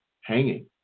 hanging